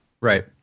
Right